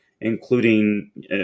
including